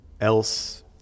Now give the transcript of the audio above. else